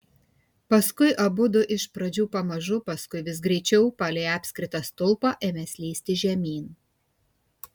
paskui abudu iš pradžių pamažu paskui vis greičiau palei apskritą stulpą ėmė slysti žemyn